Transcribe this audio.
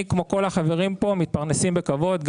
אני, כמו כל החברים פה, מתפרנסים בכבוד.